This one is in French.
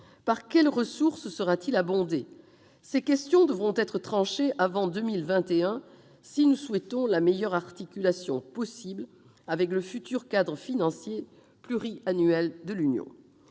Par quelles ressources sera-t-il alimenté ? Ces questions devront être tranchées avant 2021 si nous souhaitons la meilleure articulation possible avec le futur cadre financier pluriannuel de l'Union.